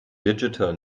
digital